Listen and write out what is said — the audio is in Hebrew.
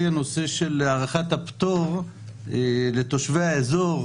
אחרי הסכם אוסלו הופיע אחד המשפטנים שהיה שם ותיאר את התהליך שהיה שם.